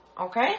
Okay